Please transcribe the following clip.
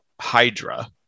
Hydra